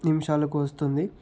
నిమిషాలకు వస్తుంది